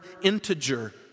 integer